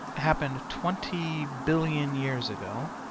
happened twenty billion years ago,